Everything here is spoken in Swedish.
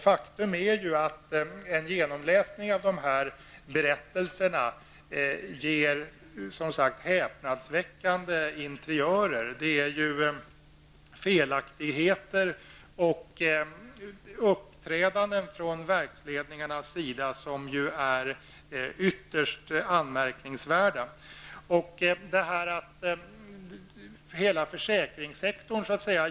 Faktum är som sagt att en genomläsning av berättelserna ger häpnadsväckande interiörer -- det förekommer ju grava felaktigheter och ytterst anmärkningsvärt uppträdande från verksledningarnas sida.